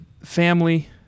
family